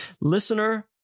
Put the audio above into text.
Listener